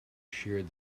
sheared